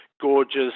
gorgeous